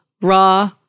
raw